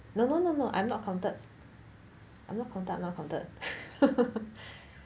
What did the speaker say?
no no no no I am not counted I'm not conduct not counted